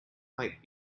might